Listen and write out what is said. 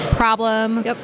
problem